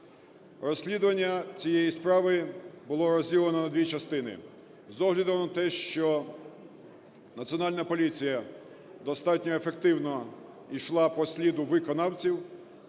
Розслідування цієї справи було розділено на дві частини. З огляду на те, що Національна поліція достатньо ефективно йшла по сліду виконавців,